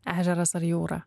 ežeras ar jūra